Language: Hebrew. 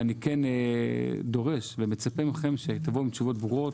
ואני כן דורש ומצפה מכם שתבואו עם תשובות ברורות.